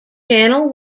channel